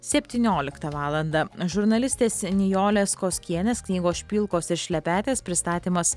septynioliktą valandą žurnalistės nijolės koskienės knygos špilkos ir šlepetės pristatymas